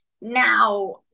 now